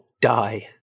die